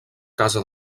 casa